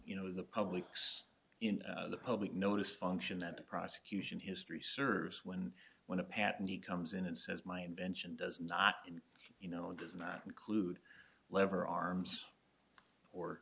you know the public's in the public notice function and the prosecution history serves when when a patent he comes in and says my invention does not you know does not include lever arms or